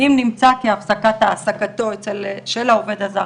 אם נמצא כי הפסקת העסקתו של העובד הזר